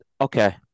Okay